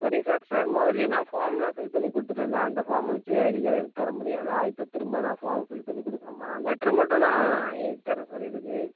சரி சார் முதல்லே நான் ஃபார்ம்லாம் ஃபில் பண்ணி கொடுத்துட்டேன்ல அந்த ஃபார்ம் வத்து ஐடி கார்டு எடுத்து தர முடியாதா இப்போ திரும்ப நான் ஃபார்ம் ஃபில் பண்ணி கொடுக்கணுமா லெட்டர் மட்டும் நான் எழுதி தர்றேன் சார் இதுக்கு